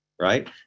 right